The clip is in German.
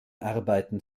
arbeiten